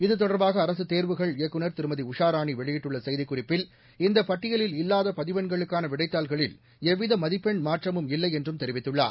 இத்தொடர்பாக அரசு தேர்வுகள் இயக்குநர் திருமதி உஷாராணி வெளியிட்டுள்ள செய்திக்கறிப்பில் இந்தப் பட்டியலில் இல்லாத பதிவெண்களுக்காள விடைத்தாள்களில் எவ்வித மதிப்பென் மாற்றமும் இல்லை என்றும் தெரிவித்கள்ளார்